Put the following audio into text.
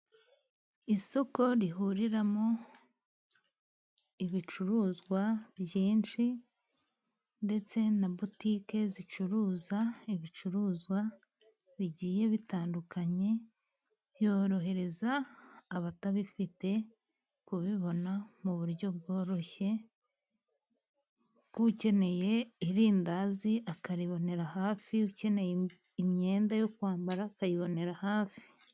Isoko rihuriramo ibicuruzwa byinshi ndetse na botike zicuruza ibicuruzwa bigiye bitandukanye yorohereza abatabifite kubibona mu buryo bworoshye nk'ukeneye irindazi akaribonera hafi, ukeneye imyenda yo kwambara akayibonera hafi.